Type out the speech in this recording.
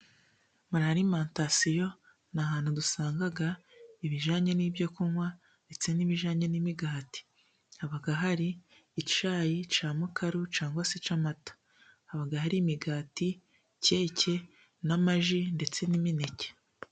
Muri arimantasiyo ni ahantu dusanga ibijyanye n'ibyo kunywa ndetse n'ibijyanye n'imigati. Haba hari icyayi cya mukaru cyangwa se cy'amata, haba hari imigati, keke, n'amaji, ndetse n'imineke.